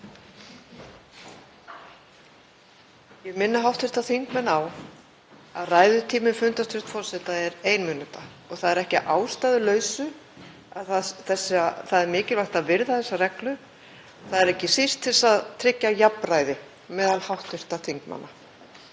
minnir hv. þingmenn á að ræðutími í fundarstjórn forseta er ein mínúta og það er ekki að ástæðulausu að það er mikilvægt að virða þessa reglu. Það er ekki síst til að tryggja jafnræði meðal hv. þingmanna.)